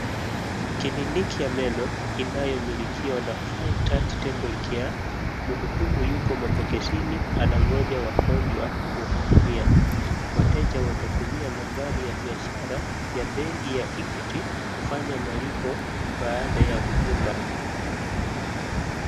Kliniki ya meno inayomilikiwana fine touch DENTAL CARE.Mhudumu yupo mapokezini anangoja wagonjwa kuwahudumia. wateja watatumia nambari ya biashara ya benki ya Equity kufanya malipo baada ya huduma.